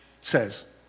says